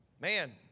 man